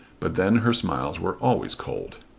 but then her smiles were always cold.